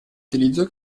utilizzo